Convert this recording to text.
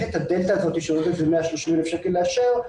את הדלתא של עוד כ-130 אלף שקל לאשר.